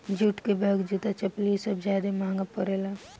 jute के bag, जूता, चप्पल इ सब ज्यादे महंगा परेला